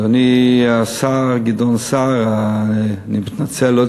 אדוני השר גדעון סער, אני מתנצל,